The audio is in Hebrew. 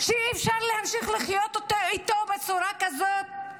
שאי-אפשר להמשיך לחיות איתו בצורת כזאת?